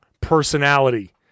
personality